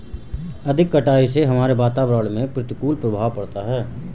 अधिक कटाई से हमारे वातावरण में प्रतिकूल प्रभाव पड़ता है